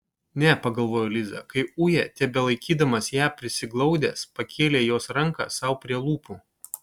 ne pagalvojo liza kai uja tebelaikydamas ją prisiglaudęs pakėlė jos ranką sau prie lūpų